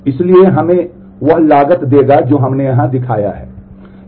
इसलिए यह हमें वह लागत देगा जो हमने यहां दिखाया है